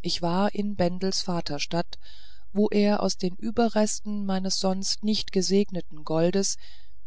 ich war in bendels vaterstadt wo er aus dem überrest meines sonst nicht gesegneten goldes